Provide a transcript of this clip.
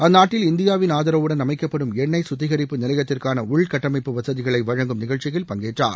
அந்நாட்டில் இந்தியாவின் ஆதரவுடன் அமைக்கப்படும் எண்ணொய் கத்திகரிப்பு நிலையத்திற்கான உள்கட்டமைப்பு வசதிகளை வழங்கும் நிகழ்ச்சியில் பங்கேற்றார்